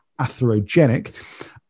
atherogenic